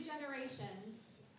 generations